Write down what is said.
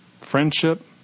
friendship